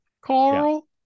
Carl